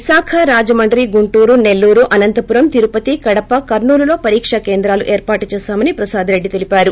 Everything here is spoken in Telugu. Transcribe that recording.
విశాఖ రాజమండ్రి గుంటూరు నెల్లూరు అనంతపురం తిరుపతి కడప కర్నూలులో పరీకా కేంద్రాలు ఏర్పాటు చేశామని ప్రసాదరెడ్డి తెలిపారు